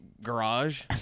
garage